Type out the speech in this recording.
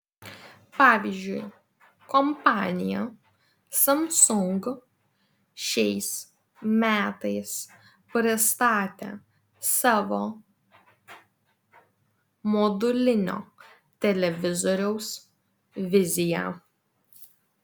pavyzdžiui kompanija samsung šiais metais pristatė savo modulinio televizoriaus viziją